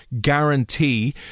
guarantee